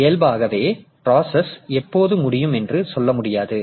இயல்பாகவே பிராசஸ் எப்போது முடியும் என்று சொல்ல முடியாது